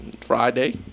Friday